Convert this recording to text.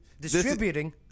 Distributing